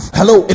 Hello